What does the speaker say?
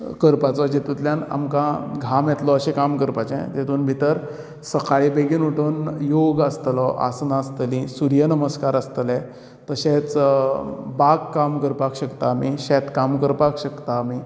करपाचो जितूंतल्यान आमकां घाम येतलो अशे काम करपाचे जितूंत भितर सकाळी बेगीन उठून योग आसतलो आसना आसतली सूर्य नमस्कार आसतले तशेंच बाग काम करपाक शकता आमी शेतकाम करपाक शकता आमी